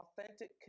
authentic